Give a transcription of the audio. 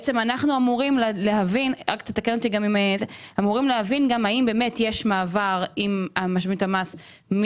אנחנו אמורים להבין האם יש מעבר מאיוד